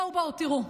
בואו, בואו, תראו,